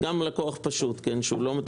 גם לקוח פשוט, שהוא לא מתוחכם.